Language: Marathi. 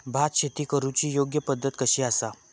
भात शेती करुची योग्य पद्धत कशी आसा?